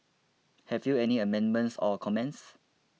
have you any amendments or comments